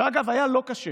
שאגב, היה לא כשר